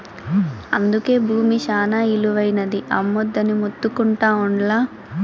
అందుకే బూమి శానా ఇలువైనది, అమ్మొద్దని మొత్తుకుంటా ఉండ్లా